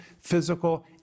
physical